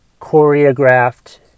choreographed